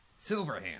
Silverhand